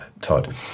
Todd